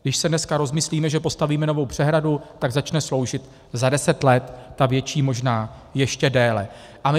Když se dneska rozmyslíme, že postavíme novou přehradu, tak začne sloužit za deset let, ta větší možná ještě déle.